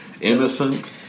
Innocent